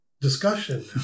discussion